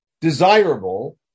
desirable